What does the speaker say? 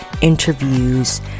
interviews